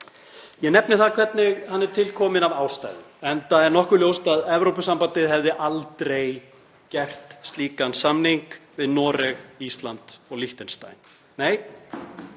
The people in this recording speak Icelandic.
Ég nefni það hvernig hann er til kominn af ástæðu, enda er nokkuð ljóst að Evrópusambandið hefði aldrei gert slíkan samning við Noreg, Ísland og Liechtenstein. Nei,